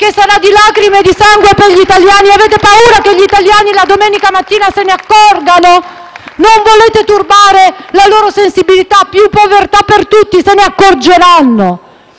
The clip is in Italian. che sarà di lacrime di sangue per gli italiani? Avete paura che gli italiani la domenica mattina se ne accorgano? Non volete turbare la loro sensibilità? *(Applausi dai Gruppi FI-BP e PD)*.